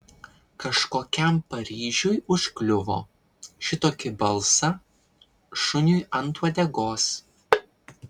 kažkokiam paryžiui užkliuvo šitokį balsą šuniui ant uodegos